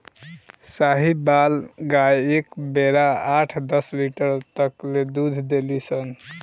साहीवाल गाय एक बेरा आठ दस लीटर तक ले दूध देली सन